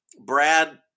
Brad